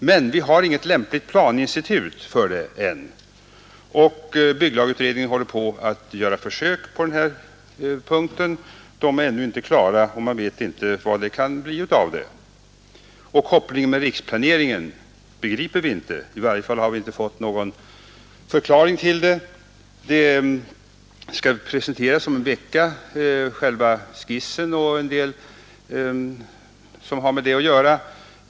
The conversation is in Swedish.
Men vi har ännu inget lämpligt planinstrument härför, och bygglagutredningen håller på med försök på den punkten. De försöken är ännu inte klara, och man vet inte vart de kommer att leda. Kopplingen med riksplaneringen begriper vi inte. Vi har inte fått någon förklaring till den. Om en vecka skall själva skissen och en del som har med den att göra presenteras.